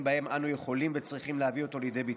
שבהן אנו יכולים וצריכים להביא אותו לידי ביטוי.